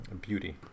beauty